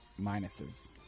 minuses